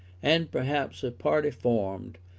and perhaps a party formed,